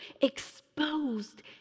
exposed